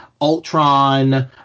ultron